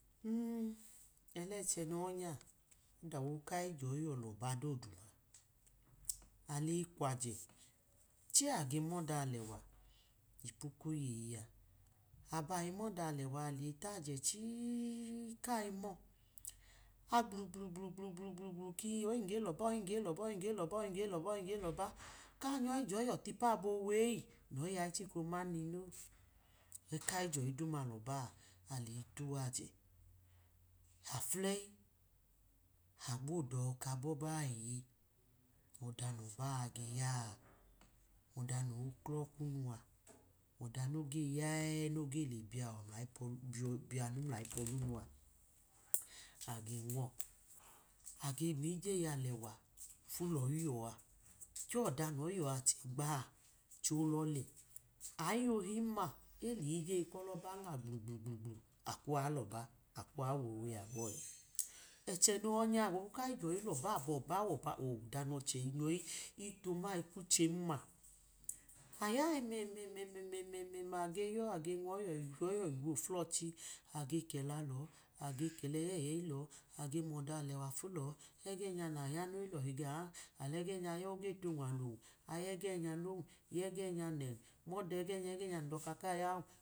Ɪi, ẹchẹ no yọ nya gbọbu kayi joyi yọ lọba dodu aleyi kwajechi ade mọda alẹwa, ipu koyeyi nya, abayi mọda alẹwa a aleyi tayẹ chie kaje mọ, agblugblugblugblugblu kii oyi ge lọba oyi ge lọba oyi ge lọba oyi ge lọba oyi geloba ka nyoyi jọyi yọ tipuabọ owe eyi noyi a ichika oman, ne no, gbọbu kayi jo̱yi duma lọba aleyi tuwaje, afuleyi, agbo dọọka bọba iye, ọda nọbaageyaa, ọda no wiklọ kunu, oda noge yaẹ kole biwọ biọ biyamu mlayi puolunu a, age mọ, age miyijeyi alẹwa fu lọyi yo a chẹ ọda nyi a ga keyọyi lẹ, ayi ohinma eliyijeyi kolọba agblugblugblu akwuwa ilọba akwuwa. Iwowe yabọ a, ẹchẹ noyọ nya akwọyi yọ ilọba abọ ọha oke wega nọchẹ tuma ikwuchem- ma, anya ẹmẹmẹmẹma age yọ age nwoyiyọ ije ofulọchi age kẹla lọ age kẹla ẹyẹyẹyi lọ, age mọda alẹwa fu lọ, ẹgẹ nya naya noyi lọhi gaọ a alẹgẹ ya oge tunuwalu o aya ẹgẹnya no yẹgẹ nya nẹ mọda ẹgẹ nya ẹgẹ nya.